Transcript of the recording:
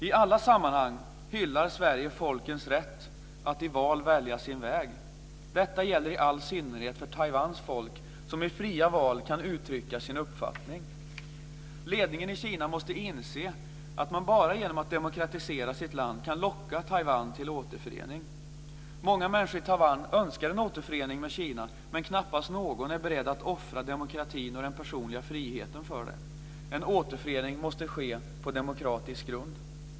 I alla sammanhang hyllar Sverige folkens rätt att i val välja sin väg. Detta gäller i all synnerhet för Taiwans folk som i fria val kan uttrycka sin uppfattning. Ledningen i Kina måste inse att man bara genom att demokratisera sitt land kan locka Taiwan till återförening. Många människor i Taiwan önskar en återförening med Kina, men knappast någon är beredd att offra demokratin och den personliga friheten för den. En återförening måste ske på demokratisk grund.